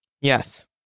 Yes